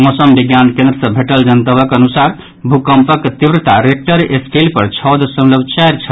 मौसम विज्ञान केन्द्र सँ भेटल जनतबक अनुसार भूकम्पक तिव्रता रेक्टर स्केल पर छओ दशमलव चारि छल